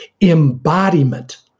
embodiment